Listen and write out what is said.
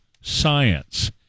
science